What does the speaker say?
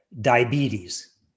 diabetes